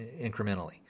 incrementally